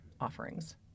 offerings